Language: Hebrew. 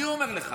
אני אומר לך,